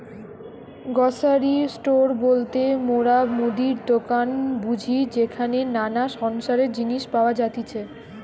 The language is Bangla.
গ্রসারি স্টোর বলতে মোরা মুদির দোকান বুঝি যেখানে নানা সংসারের জিনিস পাওয়া যাতিছে